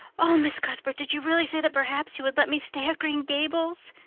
oh, miss cuthbert, did you really say that perhaps you would let me stay at green gables?